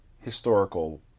historical